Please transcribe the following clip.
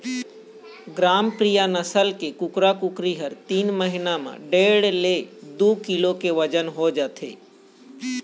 ग्रामप्रिया नसल के कुकरा कुकरी ह तीन महिना म डेढ़ ले दू किलो के बजन हो जाथे